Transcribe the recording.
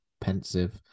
Pensive